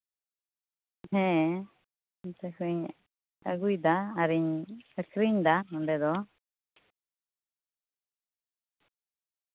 ᱦᱮᱸ ᱚᱱᱛᱮ ᱠᱷᱚᱡ ᱤᱧ ᱟᱹᱜᱩᱭᱫᱟ ᱟᱨᱤᱧ ᱟᱠᱷᱨᱤᱧ ᱮᱫᱟ ᱱᱚᱰᱮ ᱫᱚ